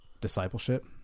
discipleship